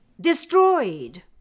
Destroyed